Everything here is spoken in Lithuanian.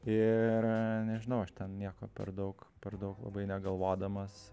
ir nežinau aš ten nieko per daug per daug labai negalvodamas